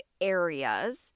areas